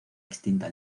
extinta